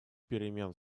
перемен